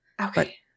Okay